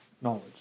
knowledge